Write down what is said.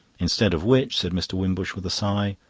instead of which, said mr. wimbush, with a sigh,